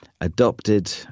adopted